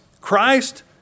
Christ